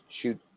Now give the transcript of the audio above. shoot